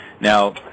Now